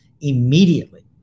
immediately